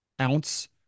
ounce